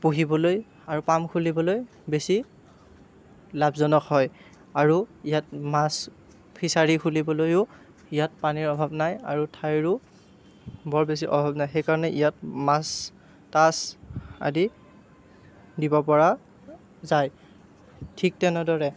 পুহিবলৈ আৰু পাম খুলিবলৈ বেছি লাভজনক হয় আৰু ইয়াত মাছ ফিছাৰী খুলিবলৈও ইয়াত পানীৰ অভাৱ নাই আৰু ঠাইৰো বৰ বেছি অভাৱ নাই সেইকাৰণে ইয়াত মাছ তাছ আদি দিব পৰা যায় ঠিক তেনেদৰে